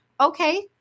okay